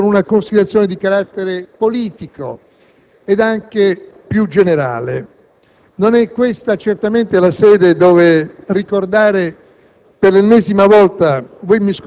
Permettetemi di concludere con una considerazione di carattere politico ed anche più generale. Non è questa certamente la sede dove ricordare